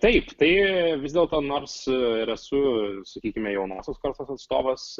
taip tai vis dėlto nors ir esu sakykime jaunosios kartos atstovas